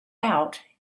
out